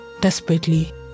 desperately